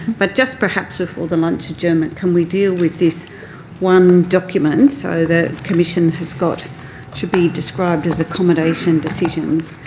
but just perhaps before the lunch adjournment, can we deal with this one document, so the commission has got it should be described as accommodation decisions.